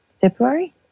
February